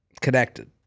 Connected